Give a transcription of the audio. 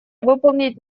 выполнить